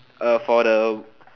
for the